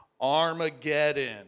Armageddon